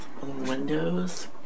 Windows